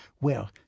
Well